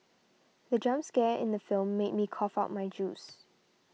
the jump scare in the film made me cough out my juice